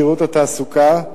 שירות התעסוקה,